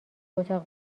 اتاق